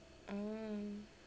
um